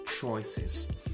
choices